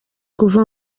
kuva